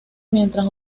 mientras